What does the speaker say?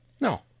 No